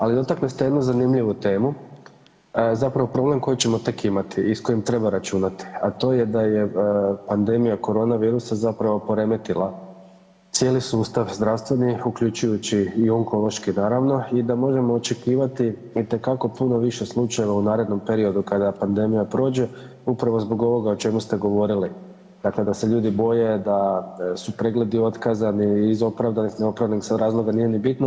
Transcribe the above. Ali dotakli ste jednu zanimljivu temu, zapravo problem koji ćemo tek imati i s kojim treba računati, a to je da je pandemija korona virusa zapravo poremetila cijeli sustav zdravstveni uključujući i onkološki naravno i da možemo očekivati itekako puno više slučajeva u narednom periodu kada pandemija prođe upravo zbog ovoga o čemu ste govorili, dakle da se ljudi boje da su pregledi otkazani iz opravdanih i neopravdanih razloga nije ni bitno.